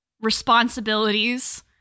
responsibilities